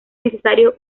necesario